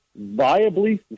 viably